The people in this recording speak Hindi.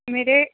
मेरे